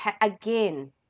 again